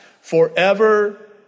forever